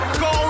go